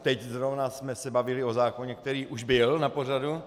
Teď zrovna jsme se bavili o zákoně, který už byl na pořadu.